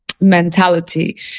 mentality